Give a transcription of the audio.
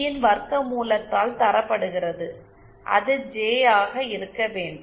யின் வர்க்க மூலத்தால் தரப்படுகிறது அது ஜே ஆக இருக்க வேண்டும்